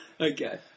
okay